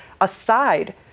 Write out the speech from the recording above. aside